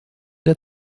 der